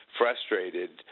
frustrated